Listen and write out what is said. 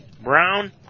Brown